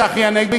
צחי הנגבי,